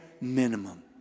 minimum